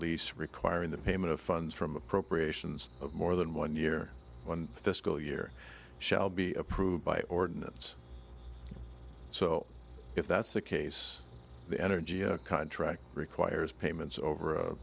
least requiring the payment of funds from appropriations of more than one year one fiscal year shall be approved by ordinance so if that's the case the energy contract requires payments over